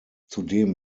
zudem